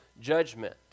judgment